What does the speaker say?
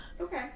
Okay